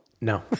No